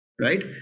Right